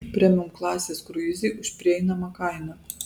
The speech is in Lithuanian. premium klasės kruizai už prieinamą kainą